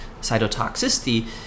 cytotoxicity